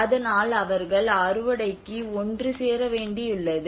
அதனால் அவர்கள் அறுவடைக்கு ஒன்று சேர வேண்டியுள்ளது